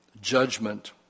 judgment